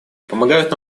помогают